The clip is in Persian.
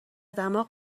دماغ